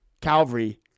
Calvary